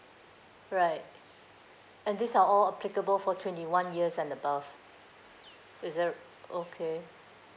right and these are all applicable for twenty one years and above is it okay